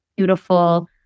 beautiful